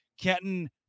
Kenton